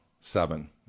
seven